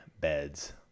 beds